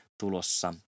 tulossa